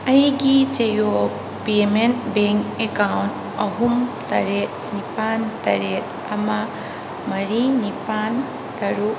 ꯑꯩꯒꯤ Jio payment bank account ꯑꯍꯨꯝ ꯇꯔꯦꯠ ꯅꯤꯄꯥꯟ ꯇꯔꯦꯠ ꯑꯃ ꯃꯔꯤ ꯅꯤꯄꯥꯟ ꯇꯔꯨꯛ